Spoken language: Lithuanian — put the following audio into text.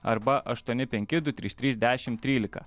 arba aštuoni penki du trys trys dešim trylika